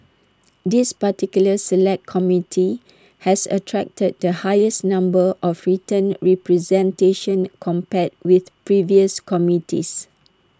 this particular Select Committee has attracted the highest number of written representations compared with previous committees